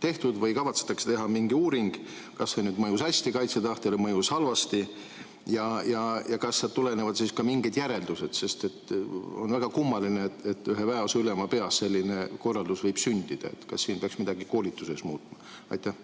tehtud või kavatsetakse teha mingi uuring, kas see mõjus hästi kaitsetahtele või mõjus halvasti? Ja kas sealt tulenevad ka mingid järeldused? On väga kummaline, et ühe väeosa ülema peas selline korraldus võib sündida. Kas siin peaks midagi koolituses muutma? Aitäh!